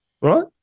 right